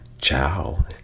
Ciao